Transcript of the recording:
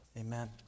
Amen